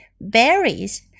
Berries